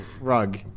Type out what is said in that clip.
rug